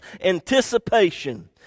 anticipation